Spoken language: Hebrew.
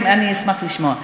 אשמח לשמוע.